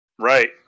right